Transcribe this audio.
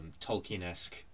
Tolkien-esque